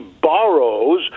borrows